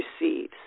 receives